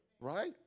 right